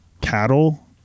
cattle